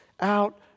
out